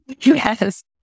Yes